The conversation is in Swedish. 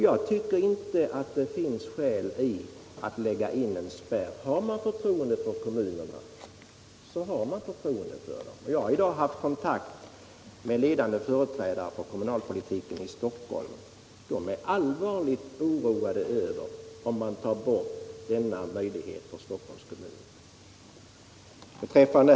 Jag tycker inte det finns skäl att lägga in en spärr här. Har man förtroende för kommunerna så har man det. Jag har i dag haft kontakt med ledande företrädare för kommunalpolitiken i Stockholm. De är allvarligt oroade för att man nu försöker ta bort denna möjlighet för Stockholms kommun.